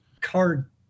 card